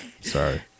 Sorry